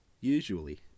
Usually